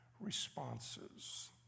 Responses